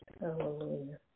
Hallelujah